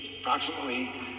approximately